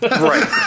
Right